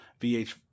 vh